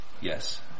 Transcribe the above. Yes